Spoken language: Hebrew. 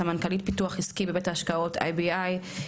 סמנכ"לית פיתוח עסקי בבית ההשקעות IBI,